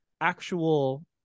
actual